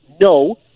no